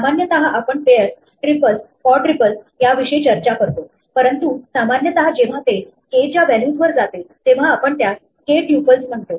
सामान्यतः आपण pairs triples quadruples याविषयी चर्चा करतो परंतु सामान्यता जेव्हा ते k च्या व्हॅल्यूज वर जाते तेव्हा आपण त्यास k ट्यूपल्स म्हणतो